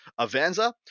Avanza